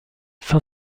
fin